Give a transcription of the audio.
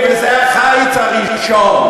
וזה החיץ הראשון.